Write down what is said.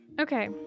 Okay